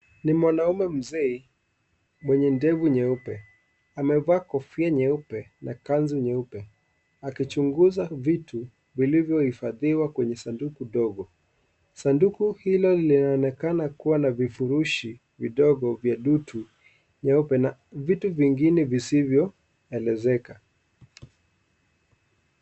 Ni mwanaume mzee mwenye ndevu nyeupe, amevaa kofia nyeupe na kanzu nyeupe akichunguza vitu vilivyo ifadhiwa kwenye sanduku ndogo. Sanduku hilo linaonekana kuwa na vifurushi vidogo vya dutu na vitu vingine visivyo elewezeka.